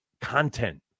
content